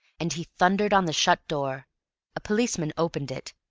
and he thundered on the shut door a policeman opened it.